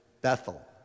Bethel